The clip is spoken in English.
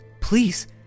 please